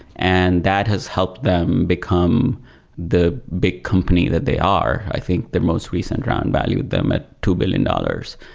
and that has helped them become the big company that they are. i think the most recent round valued them at two billion dollars.